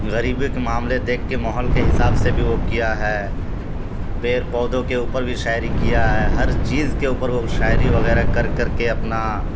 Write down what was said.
غریب کے معاملے دیکھ کے ماحول کے حساب سے بھی وہ کیا ہے پیڑ پودوں کے اوپر بھی شاعری کیا ہے ہر چیز کے اوپر وہ شاعری وغیرہ کر کر کے اپنا